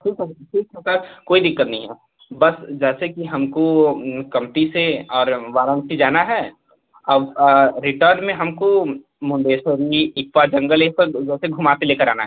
ठीक है तो ठीक है सर कोई दिक्कत नहीं है बस जैसे कि हमको कंप्टी से और वाराणसी जाना है अब रिटर्न में हमको मुंडेस्वरी इक्वा जंगल एक बार जैसे घुमा कर लेकर आना है